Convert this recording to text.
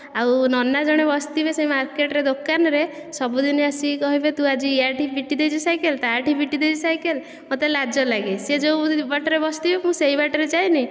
ଆଉ ନନା ଜଣେ ବସିଥିବେ ସେ ମାର୍କେଟରେ ଦୋକାନରେ ସବୁଦିନ ଆସିକି କହିବେ ତୁ ଆଜି ୟା'ଠି ପିଟି ଦେଇଚୁ ସାଇକେଲ ତା'ଠି ପିଟି ଦେଇଚୁ ସାଇକେଲ ମୋତେ ଲାଜ ଲାଗେ ସେ ଯେଉଁ ବାଟରେ ବସିଥିବେ ମୁଁ ସେହି ବାଟ ରେ ଯାଏନାହିଁ